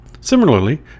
Similarly